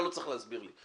אז אתה לא צריך להסביר לי.